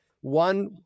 One